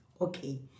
Okay